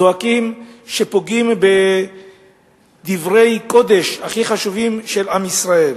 זועקים שפוגעים בדברי קודש הכי חשובים של עם ישראל.